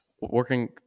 working